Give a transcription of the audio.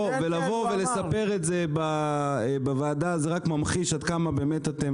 לבוא ולספר את זה בוועדה זה רק ממחיש עד כמה אתם